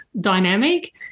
dynamic